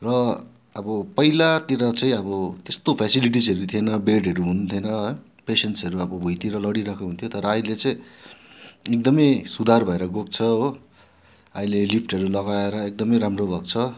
र अब पहिलातिर चाहिँ अब त्यस्तो फेसिलिटिजहरू थिएन बेडहरू हुन्थेन पेसेन्टसहरू अब भुइँतिर लडिरहेको हुन्थ्यो तर अहिले चाहिँ एकदम सुधार भएर गएको छ हो अहिले लिफ्टहरू लगाएर एकदम राम्रो भएको छ